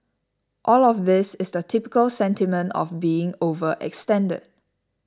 all of this is the typical sentiment of being overextended